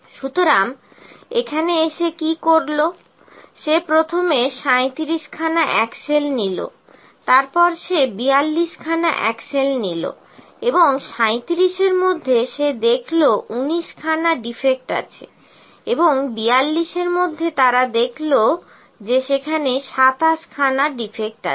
সুতরাং এখানে এসে কি করলো সে প্রথমে 37 খানা অ্যাক্সল নিল তারপর সে 42 খানা অ্যাক্সল নিল এবং 37 এর মধ্যে সে দেখল যে সেখানে 19 খানা ডিফেক্ট আছে এবং 42 এর মধ্যে তারা দেখল যে সেখানে 27 খানা ডিফেক্ট আছে